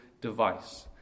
device